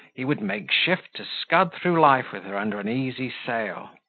he would make shift to scud through life with her under an easy sail.